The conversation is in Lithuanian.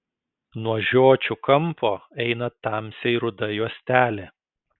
nuo žiočių kampo eina tamsiai ruda juostelė